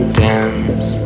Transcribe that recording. dance